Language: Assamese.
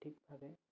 সঠিকভাৱে